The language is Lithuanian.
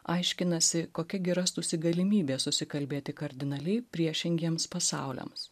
aiškinasi kokia gi rastųsi galimybė susikalbėti kardinaliai priešingiems pasauliams